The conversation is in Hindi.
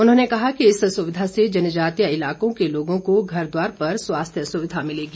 उन्होंने कहा कि इस सुविधा से जनजातीय इलाकों के लोगों को घर द्वार पर स्वास्थ्य सुविधा मिलेगी